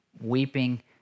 weeping